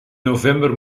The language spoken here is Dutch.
november